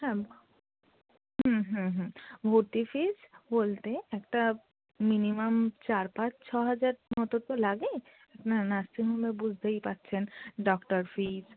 হ্যাঁ হুম হুম ভর্তি ফিস বলতে একটা মিনিমাম চার পাঁচ ছ হাজার মতো তো লাগে আপনার নার্সিং হোমে বুঝতেই পাচ্ছেন ডক্টর ফিস